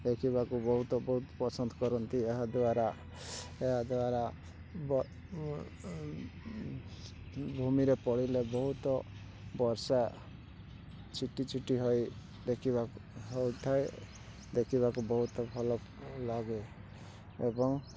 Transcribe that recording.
ଦେଖିବାକୁ ବହୁତ ବହୁତ ପସନ୍ଦ୍ କରନ୍ତି ଏହାଦ୍ୱାରା ଏହାଦ୍ୱାରା ଭୂମିରେ ପଡ଼ିଲେ ବହୁତ ବର୍ଷା ଛିଟି ଛିଟି ହୋଇ ଦେଖିବାକୁ ହୋଇଥାଏ ଦେଖିବାକୁ ବହୁତ୍ ଭଲ ଲାଗେ ଏବଂ